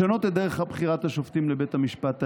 לשנות את דרך בחירת השופטים לבית המשפט העליון,